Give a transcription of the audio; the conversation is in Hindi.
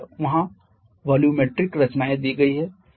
यहाँ वॉल्यूमेट्रिक रचनाएँ दी गई हैं